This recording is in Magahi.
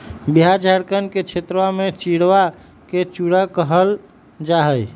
बिहार झारखंड के क्षेत्रवा में चिड़वा के चूड़ा कहल जाहई